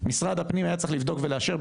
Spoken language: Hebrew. משרד הפנים היה צריך לבדוק ולאשר,